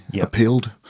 appealed